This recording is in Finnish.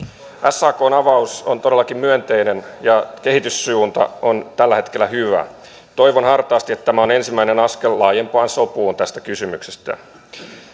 sakn avaus on todellakin myönteinen ja kehityssuunta on tällä hetkellä hyvä toivon hartaasti että tämä on ensimmäinen askel laajempaan sopuun tästä kysymyksestä